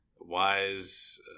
wise